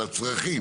על הצרכים,